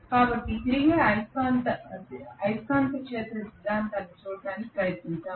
కాబట్టి తిరిగే అయస్కాంత క్షేత్ర సిద్ధాంతాన్ని చూడటానికి ప్రయత్నిద్దాం